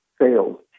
sales